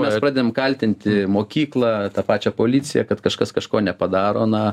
mes pradedam kaltinti mokyklą tą pačią policiją kad kažkas kažko nepadaro na